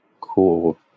cool